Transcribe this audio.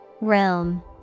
realm